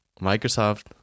Microsoft